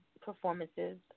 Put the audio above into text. performances